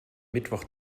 mittwoch